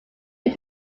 who